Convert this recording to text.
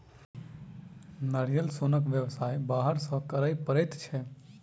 नारियल सोनक व्यवसाय बाहर सॅ करय पड़ैत छै